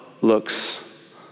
looks